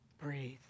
breathe